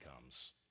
comes